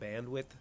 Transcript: bandwidth